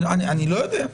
אני לא יודע.